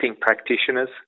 practitioners